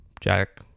Jack